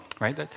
right